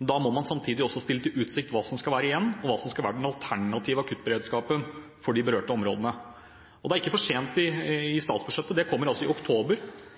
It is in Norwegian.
men da må man samtidig stille i utsikt hva som skal være igjen, og hva som skal være den alternative akuttberedskapen for de berørte områdene. Og det er ikke for sent i statsbudsjettet, det kommer i oktober.